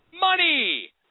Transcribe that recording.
money